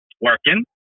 Working